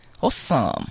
Awesome